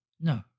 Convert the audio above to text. No